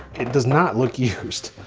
it does not look used.